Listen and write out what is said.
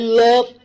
love